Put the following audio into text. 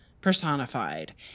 personified